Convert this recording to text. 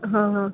હઁ